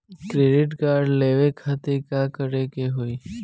Credit card लेवे खातिर का करे के होई?